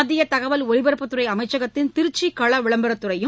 மத்திய தகவல் ஒலிபரப்புத்துறை அமைச்சகத்தின் திருச்சி கள விளம்பரத்துறையும்